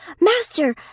Master